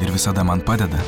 ir visada man padeda